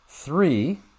Three